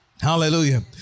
Hallelujah